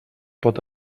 pot